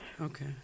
Okay